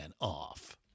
off